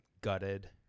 Gutted